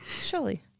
Surely